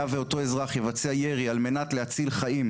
היה ואותו אזרח יבצע ירי על מנת להציל חיים,